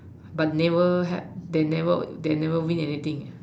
but never have they never they never win anything leh